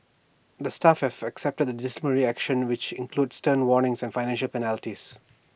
the staff have accepted the disciplinary actions which includes stern warnings and financial penalties